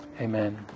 Amen